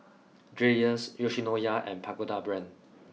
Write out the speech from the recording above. Dreyers Yoshinoya and Pagoda Brand